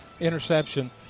Interception